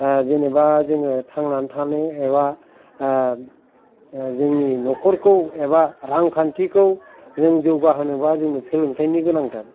जेनोबा जोङो थांनानै थानो एबा जोंनि न'खरखौ एबा रांखान्थिखौ जों जौगा होनोबा जोङो सोलोंथायनि गोनांथार